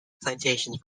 plantations